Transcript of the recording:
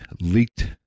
leaked